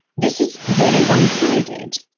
this is very one-sided.